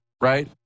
right